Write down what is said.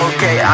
Okay